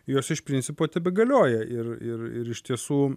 jos iš principo tebegalioja ir ir ir iš tiesų